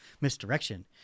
misdirection